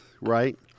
right